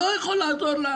אני לא יכולה לעזור לך.